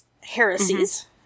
heresies